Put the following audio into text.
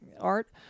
art